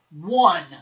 one